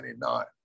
1999